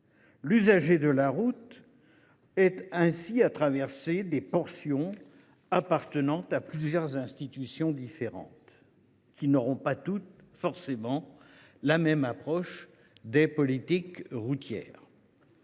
l’usager de la route ait à traverser des portions appartenant à plusieurs institutions différentes, qui n’auront pas toutes forcément la même approche des politiques routières.